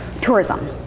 tourism